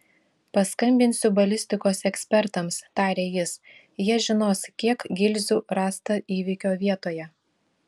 paskambinsiu balistikos ekspertams tarė jis jie žinos kiek gilzių rasta įvykio vietoje